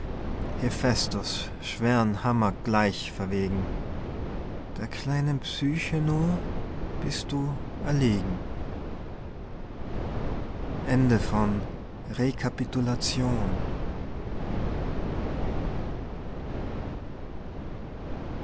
hephästos schweren hammer gleich verwegen der kleinen psyche nur bist du erlegen